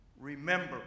Remember